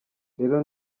rero